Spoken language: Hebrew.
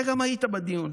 אתה גם היית בדיון.